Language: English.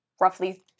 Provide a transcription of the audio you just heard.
roughly